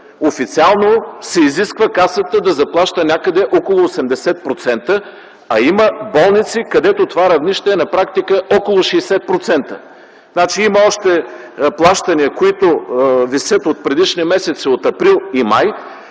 Официално се изисква Касата да заплаща някъде около 80%, а има болници, където това равнище е на практика около 60%. Значи има още плащания, които висят от предишни месеци – от април и май,